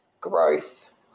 Growth